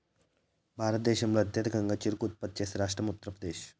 భారతదేశంలో అత్యధికంగా చెరకు ఉత్పత్తి చేసే రాష్ట్రం ఉత్తరప్రదేశ్